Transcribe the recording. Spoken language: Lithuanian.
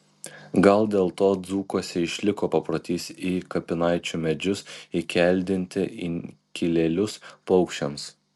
gal dėl to dzūkuose išliko paprotys į kapinaičių medžius įkeldinti inkilėlius paukščiams